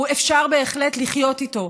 אפשר בהחלט לחיות איתו.